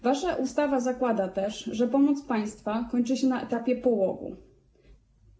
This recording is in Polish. Wasza ustawa zakłada też, że pomoc państwa kończy się na etapie porodu.